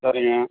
சரிங்க